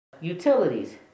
Utilities